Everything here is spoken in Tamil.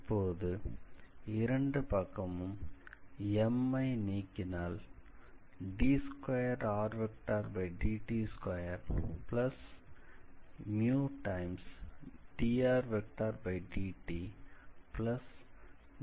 இப்போது இரண்டு பக்கமும் m ஐ நீக்கினால் d2rdt2drdtgk0 கிடைக்கும்